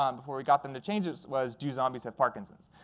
um before we got them to change it, was, do zombies have parkinson's?